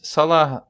Salah